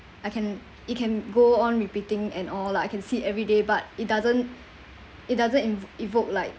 I can it can go on repeating and all I can see everyday but it doesn't it doesn't e~ evoke like